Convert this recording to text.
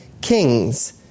kings